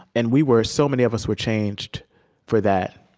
and we were so many of us were changed for that.